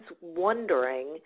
wondering